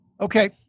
Okay